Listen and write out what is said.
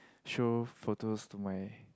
show photos to my